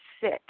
sick